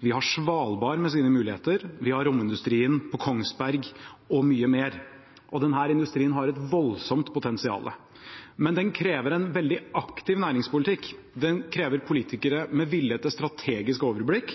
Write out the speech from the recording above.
Vi har Svalbard med sine muligheter. Vi har romindustrien på Kongsberg og mye mer. Denne industrien har et voldsomt potensial, men den krever en veldig aktiv næringspolitikk. Den krever politikere med vilje til strategisk overblikk